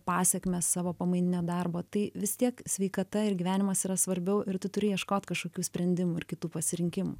pasekmes savo pamaininio darbo tai vis tiek sveikata ir gyvenimas yra svarbiau ir tu turi ieškot kažkokių sprendimų ir kitų pasirinkimų